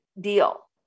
deal